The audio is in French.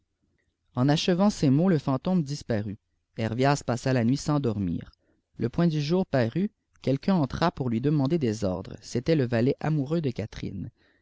en achevant ces mots le fantôme disparut hervias passa la nuit sans donnir le point du jour parut quelqu'un entra pour lui demander des ordres c'était le valet amoureux de catherine